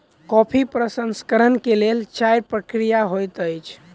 coffee प्रसंस्करण के लेल चाइर प्रक्रिया होइत अछि